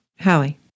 Hallie